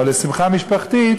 או לשמחה משפחתית,